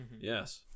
Yes